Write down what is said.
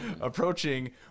approaching